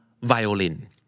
violin